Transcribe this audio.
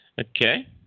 Okay